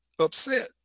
upset